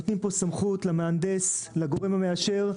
נותנים פה סמכות למהנדס, לגורם המאשר,